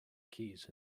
keys